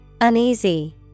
uneasy